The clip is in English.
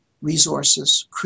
resources